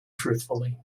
truthfully